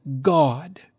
God